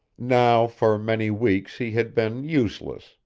now for many weeks he had been useless,